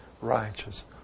righteous